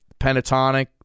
pentatonic